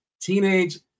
teenage